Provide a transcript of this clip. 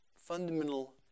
fundamental